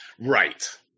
Right